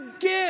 give